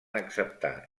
acceptar